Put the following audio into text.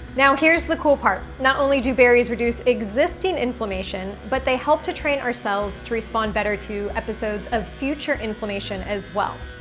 now here's the cool part. not only do berries reduce reduce existing inflammation, but they help to train ourselves to respond better to episodes of future inflammation as well,